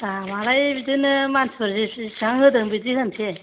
दामालाय बिदिनो मानसिफोर जिसिबां होदों बिदि होनोसै